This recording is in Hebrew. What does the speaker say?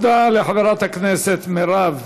תודה לחברת הכנסת מירב